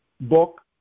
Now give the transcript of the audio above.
book